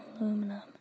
aluminum